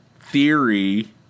theory